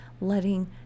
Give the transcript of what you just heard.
letting